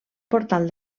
portal